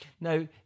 Now